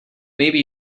maybe